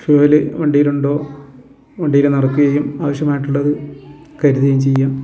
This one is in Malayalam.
ഫ്യുവൽ വണ്ടിയിലുണ്ടോ വണ്ടിയിൽ നിറക്കുകയും ആവശ്യമായിട്ടുള്ളത് കരുതുകയും ചെയ്യാം